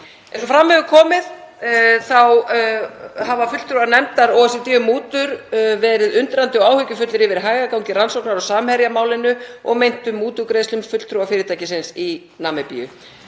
Eins og fram hefur komið hafa fulltrúar nefndar OECD um mútur verið undrandi og áhyggjufullir yfir hægagangi rannsóknar á Samherjamálinu og meintum mútugreiðslum fulltrúa fyrirtækisins í Namibíu.